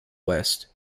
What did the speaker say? west